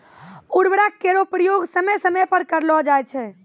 उर्वरक केरो प्रयोग समय समय पर करलो जाय छै